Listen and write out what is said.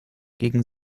gegen